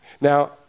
Now